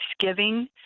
thanksgiving